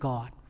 God